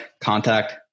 contact